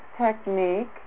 technique